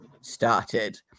started